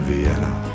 Vienna